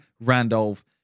Randolph